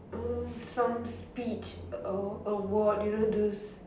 hmm some speech award you know those